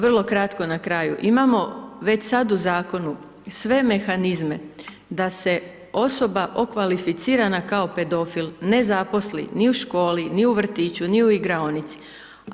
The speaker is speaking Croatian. Vrlo kratko na kraju, imamo već sada u Zakonu sve mehanizme da se osoba okvalificirana kao pedofil ne zaposli ni u školi, ni u vrtiću, ni u igraonici.